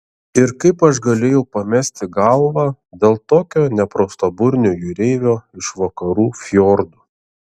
ir kaip aš galėjau pamesti galvą dėl tokio nepraustaburnio jūreivio iš vakarų fjordų